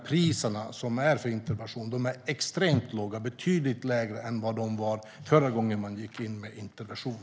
Priserna för intervention är dessutom extremt låga - betydligt mycket lägre än de var förra gången man gick in med intervention.